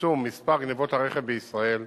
בצמצום מספר גנבות הרכב בישראל,